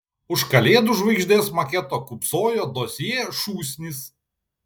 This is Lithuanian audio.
už kalėdų žvaigždės maketo kūpsojo dosjė šūsnis